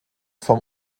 vom